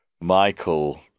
Michael